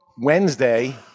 Wednesday